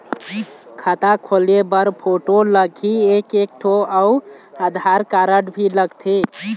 खाता खोले बर फोटो लगही एक एक ठो अउ आधार कारड भी लगथे?